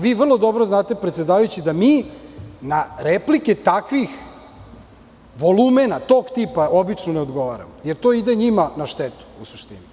Vi vrlo dobro znate predsedavajući da mi na replike takvih volumena, tog tipa obično ne odgovaramo, jer to ide njima na štetu, u suštini.